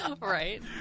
Right